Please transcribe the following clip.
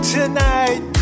Tonight